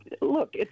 look